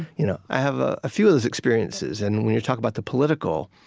you know i have a few of those experiences. and when you talk about the political,